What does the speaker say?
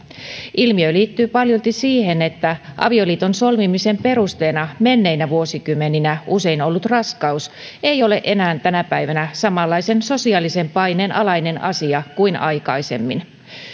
ilmiö liittyy paljolti siihen että avioliiton solmimisen perusteena menneinä vuosikymmeninä usein ollut raskaus ei ole enää tänä päivänä samanlaisen sosiaalisen paineen alainen asia kuin aikaisemmin